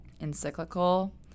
encyclical